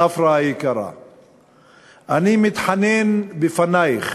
צפרא היקרה, אני מתחנן בפנייך,